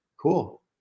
cool